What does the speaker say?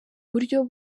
buryo